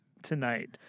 tonight